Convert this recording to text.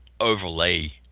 overlay